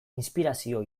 inspirazio